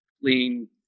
clean